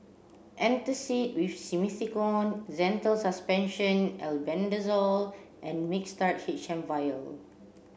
antacid with Simethicone Zental Suspension Albendazole and Mixtard H M vial